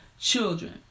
children